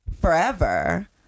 forever